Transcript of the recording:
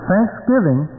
Thanksgiving